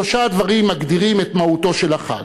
שלושה דברים מגדירים את מהותו של החג: